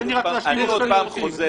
אני עוד פעם חוזר,